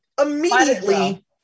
Immediately